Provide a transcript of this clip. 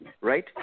right